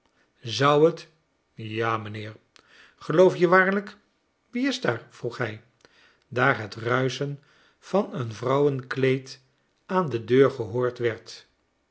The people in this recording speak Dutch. zou het ja mijnheer geloof je waarlijk wie is daar vroeg hij daar het ruischen van een vrouwenkleed aan de deur gehoord werd